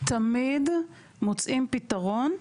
תמיד מוצאים פתרון,